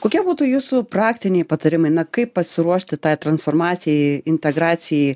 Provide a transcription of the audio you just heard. kokie būtų jūsų praktiniai patarimai na kaip pasiruošti tai transformacijai integracijai